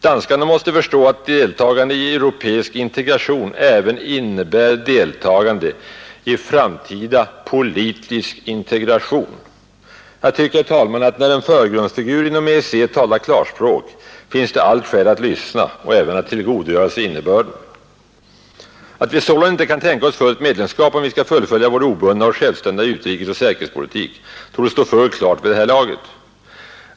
Danskarna måste förstå att deltagande i europeisk integration även innebär deltagande i framtida politisk integration.” Jag tycker, herr talman, att när en förgrundsfigur inom EEC talar klarspråk finns det allt skäl att lyssna och även tillgodogöra sig innebörden. Att vi sålunda icke kan tänka oss fullt medlemskap, om vi skall fullfölja vår obundna och självständiga utrikesoch säkerhetspolitik, torde stå fullt klart vid det här laget.